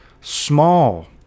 small